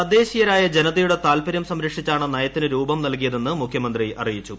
തദ്ദേശീയരായ ജനതയുടെ താൽപര്യം സംരക്ഷിച്ചാണ് നയത്തിന് രൂപം നൽകിയതെന്ന് മുഖ്യമന്ത്രി അറിയിച്ചു